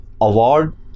award